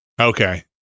Okay